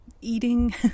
eating